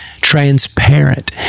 transparent